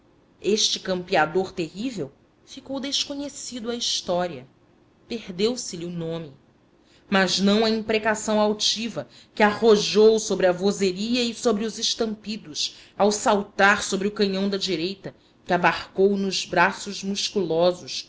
tumulto este campeador terrível ficou desconhecido à história perdeu selhe o nome mas não a imprecação altiva que arrojou sobre a vozeria e sobre os estampidos ao saltar sobre o canhão da direita que abarcou nos braços musculosos